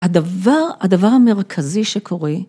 הדבר, הדבר המרכזי שקורה